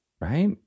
Right